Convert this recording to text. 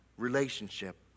relationship